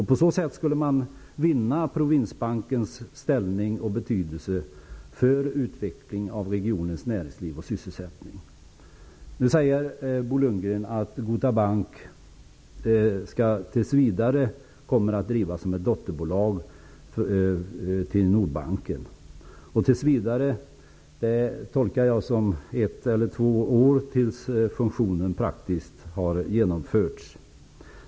På så sätt skulle man vinna provinsbankens ställning och betydelse för utveckling av regionens näringsliv och sysselsättning. Bo Lundgren säger att Gota Bank tills vidare kommer att drivas som ett dotterbolag till Nordbanken. ''Tills vidare'' tolkar jag som ett eller två år, tills fusionen praktiskt har genomförts.